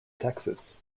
texas